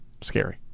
scary